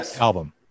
album